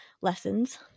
Lessons